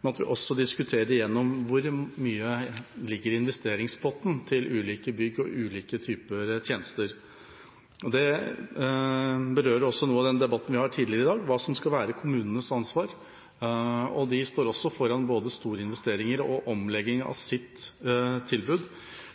men at vi også diskuterer grundig hvor mye det ligger i investeringspotten til ulike bygg og ulike typer tjenester. Det berører også noe av den debatten vi har hatt tidligere i dag, om hva som skal være kommunenes ansvar. De står foran både store investeringer og omlegging av sitt tilbud